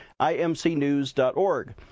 imcnews.org